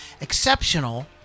exceptional